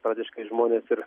praktiškai žmonės ir